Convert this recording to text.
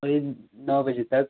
वही नौ बजे तक